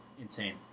insane